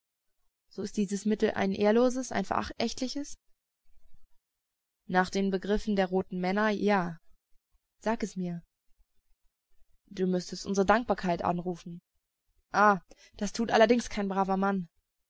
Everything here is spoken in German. so ist dieses mittel ein ehrloses ein verächtliches nach den begriffen der roten männer ja sage es mir du müßtest unsere dankbarkeit anrufen ah das tut allerdings kein braver mann